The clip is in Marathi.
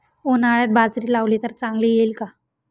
उन्हाळ्यात बाजरी लावली तर चांगली येईल का?